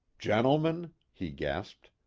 gentlemen, he gasped,